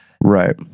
Right